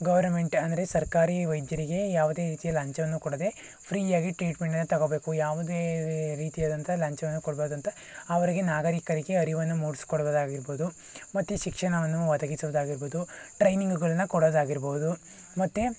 government ಅಂದರೆ ಸರ್ಕಾರಿ ವೈದ್ಯರಿಗೆ ಯಾವುದೇ ರೀತಿಯ ಲಂಚವನ್ನು ಕೊಡದೇ ಫ್ರೀಯಾಗಿ ಟ್ರೀಟ್ಮೆಂಟನ್ನು ತೊಗೋಬೇಕು ಯಾವುದೇ ರೀತಿಯಾದಂತ ಲಂಚವನ್ನು ಕೊಡ್ಬಾರ್ದು ಅಂತ ಅವರಿಗೆ ನಾಗರೀಕರಿಗೆ ಅರಿವನ್ನು ಮೂಡಿಸ್ಕೊಡ್ಬೋದಾಗಿರ್ಬೋದು ಮತ್ತು ಶಿಕ್ಷಣವನ್ನು ಒದಗಿಸುವುದಾಗಿರ್ಬೋದು ಟ್ರೈನಿಂಗುಗಳನ್ನ ಕೊಡೋದಾಗಿರ್ಬೋದು ಮತ್ತು